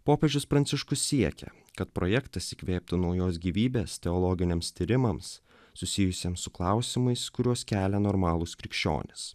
popiežius pranciškus siekia kad projektas įkvėptų naujos gyvybės teologiniams tyrimams susijusiems su klausimais kuriuos kelia normalūs krikščionys